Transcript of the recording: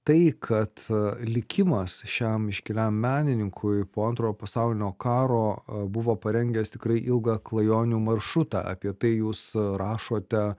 tai kad likimas šiam iškiliam menininkui po antrojo pasaulinio karo buvo parengęs tikrai ilgą klajonių maršrutą apie tai jūs rašote